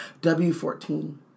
W14